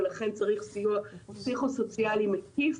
ולכן צריך סיוע פסיכו-סוציאלי מקיף